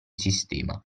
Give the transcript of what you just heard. sistema